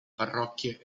parrocchie